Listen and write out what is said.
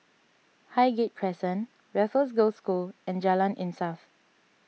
Highgate Crescent Raffles Girls' School and Jalan Insaf